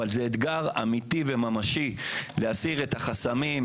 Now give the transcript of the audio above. וזה אתגר אמיתי וממשי להסיר את החסמים,